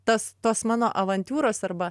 tas tos mano avantiūros arba